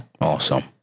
Awesome